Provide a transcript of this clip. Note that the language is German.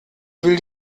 will